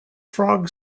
frog